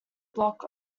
block